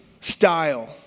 style